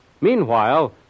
Meanwhile